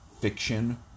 fiction